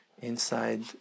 inside